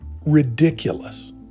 ridiculous